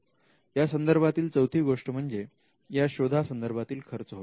यासंदर्भातील चौथी गोष्ट म्हणजे या शोधा संदर्भातील खर्च होय